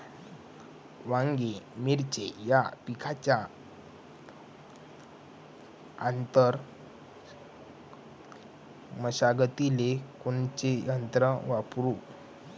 वांगे, मिरची या पिकाच्या आंतर मशागतीले कोनचे यंत्र वापरू?